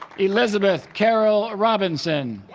elizabeth carole robinson